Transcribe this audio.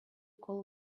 call